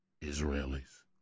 Israelis